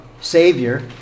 Savior